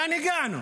לאן הגענו?